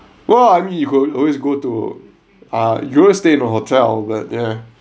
well I mean you could always go to ah you'll stay in a hotel that ya